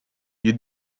you